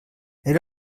era